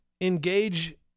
engage